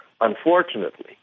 unfortunately